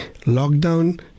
lockdown